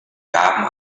gaben